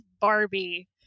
Barbie